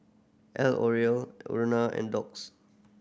L Oreal Urana and Doux